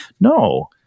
No